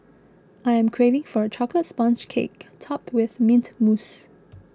I am craving for a Chocolate Sponge Cake Topped with Mint Mousse